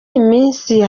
iminsi